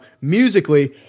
musically